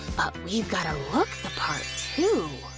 but we've gotta look the part too.